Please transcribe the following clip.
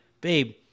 babe